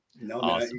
no